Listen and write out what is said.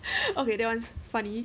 okay that arent funny